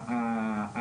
בעינינו,